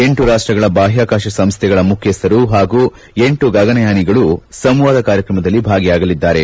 ಎಂಟು ರಾಷ್ಟಗಳ ಬಾಹ್ಕಾಕಾಶ ಸಂಸ್ಥೆಗಳ ಮುಖ್ಯಸ್ಥರು ಪಾಗೂ ಎಂಟು ಗಗನಯಾನಿಗಳೂ ಸಂವಾದ ಕಾರ್ಯಕ್ರಮದಲ್ಲಿ ಭಾಗಿಯಾಗಲಿದ್ದಾರೆ